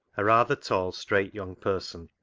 a rather tall, straight young person,